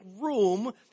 room